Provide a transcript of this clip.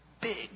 big